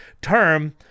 term